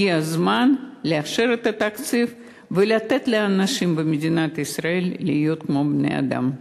הגיע הזמן לאשר את התקציב ולתת לאנשים במדינת ישראל להיות כמו בני-אדם.